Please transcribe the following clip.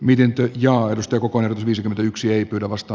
niiden työn johdosta koko erä viisikymmentäyksi ei pidä vasta